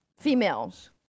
Females